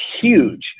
huge